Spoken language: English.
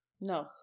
No